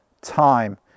time